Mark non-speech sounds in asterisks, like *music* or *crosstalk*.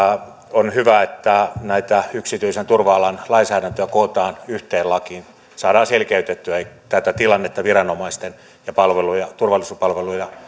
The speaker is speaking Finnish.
on hyvä että tämän yksityisen turva alan lainsäädäntöä kootaan yhteen lakiin saadaan selkeytettyä tätä tilannetta viranomaisten ja turvallisuuspalveluja *unintelligible*